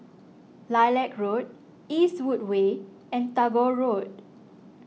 Lilac Road Eastwood Way and Tagore Road